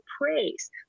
praise